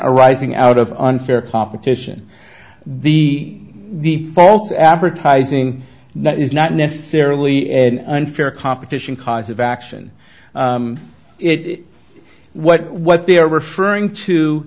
arising out of unfair competition the the false advertising that is not necessarily unfair competition cause of action what what they are referring to